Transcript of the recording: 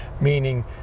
meaning